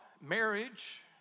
marriage